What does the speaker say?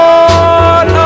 Lord